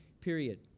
period